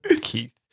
Keith